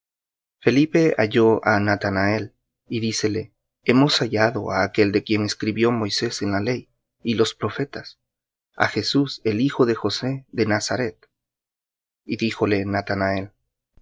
felipe halló á natanael y dícele hemos hallado á aquel de quien escribió moisés en la ley y los profetas á jesús el hijo de josé de nazaret y díjole natanael